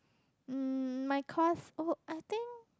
um my course oh I think